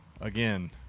Again